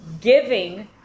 Giving